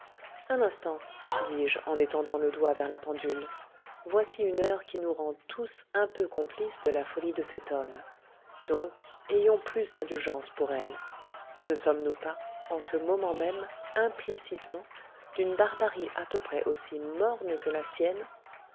un instant dis-je en étendant le doigt vers la pendule voici une heure qui nous rend tous un peu complices de la folie de cet homme donc ayons plus d'indulgence pour elle ne sommes-nous pas en ce moment même implicitement d'une barbarie à peu près aussi morne que la sienne